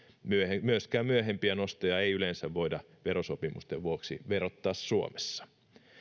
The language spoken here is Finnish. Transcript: myöskään myöhempiä nostoja ei yleensä voida verosopimusten vuoksi verottaa suomessa